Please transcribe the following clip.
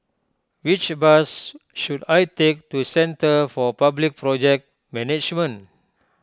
which bus should I take to Centre for Public Project Management